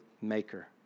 maker